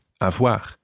avoir